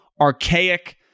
archaic